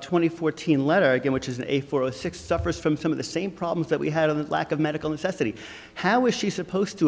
twenty fourteen letter which is a for a sick suffers from some of the same problems that we had in the lack of medical necessity how is she supposed to